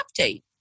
update